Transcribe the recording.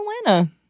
Atlanta